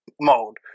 mode